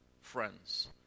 friends